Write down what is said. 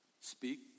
Speak